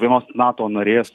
vienos nato narės